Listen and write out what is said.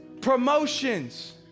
promotions